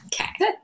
Okay